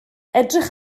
edrych